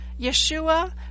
Yeshua